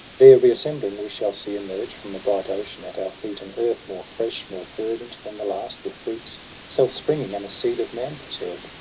there re-assembling we shall see emerge from the bright ocean at our feet an earth more fresh, more verdant than the last, with fruits self-springing, and a seed of man preserved,